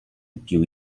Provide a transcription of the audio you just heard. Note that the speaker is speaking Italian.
più